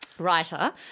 Writer